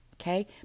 Okay